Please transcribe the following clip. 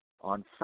on